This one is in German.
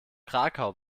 krakau